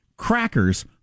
Crackers